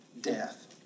death